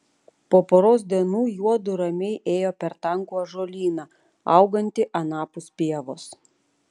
po poros dienų juodu ramiai ėjo per tankų ąžuolyną augantį anapus pievos